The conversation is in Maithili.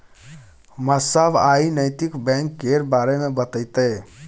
मास्साब आइ नैतिक बैंक केर बारे मे बतेतै